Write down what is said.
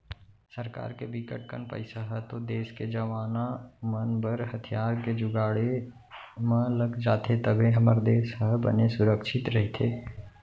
सरकार के बिकट कन पइसा ह तो देस के जवाना मन बर हथियार के जुगाड़े म लग जाथे तभे हमर देस ह बने सुरक्छित रहिथे